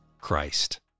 Christ